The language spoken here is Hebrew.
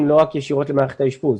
לא רק ישירות למערכת האשפוז,